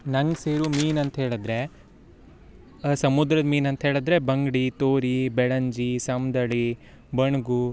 ನಂಗೆ ಸೇರು ಮೀನು ಅಂತ್ಹೇಳಿದರೆ ಸಮುದ್ರದ ಮೀನು ಅಂತ್ಹೇಳಿದರೆ ಬಂಗ್ಡಿ ತೋರೀ ಬೆಳಂಜಿ ಸಮ್ದಳಿ ಬಣ್ಗು